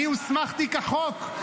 אני הוסמכתי כחוק.